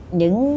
những